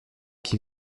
qui